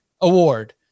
award